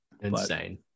insane